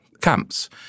camps